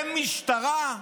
אין משטרה?